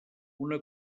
una